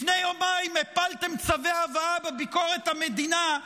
לפני יומיים הפלתם צווי הבאה בביקורת המדינה,